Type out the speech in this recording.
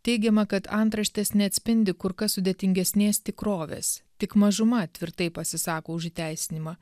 teigiama kad antraštės neatspindi kur kas sudėtingesnės tikrovės tik mažuma tvirtai pasisako už įteisinimą